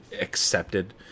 accepted